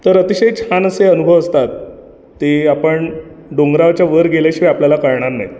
तर अतिशय छान असे अनुभव असतात ते आपण डोंगराच्या वर गेल्याशिवाय आपल्याला कळणार नाही